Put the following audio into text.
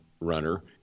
runner